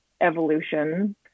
evolution